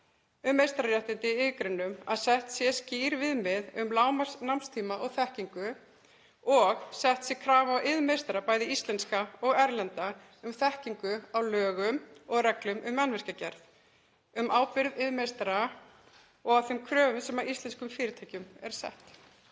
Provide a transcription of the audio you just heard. um meistararéttindi í iðngreinum, að sett séu skýr viðmið um lágmarksnámstíma og -þekkingu og að sett sé krafa á iðnmeistara, bæði íslenska og erlenda, um þekkingu á lögum og reglum um mannvirkjagerð og um ábyrgð iðnmeistara og á þeim kröfum sem íslenskum fyrirtækjum eru settar.